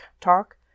talk